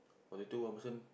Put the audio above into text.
forty two one person